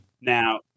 Now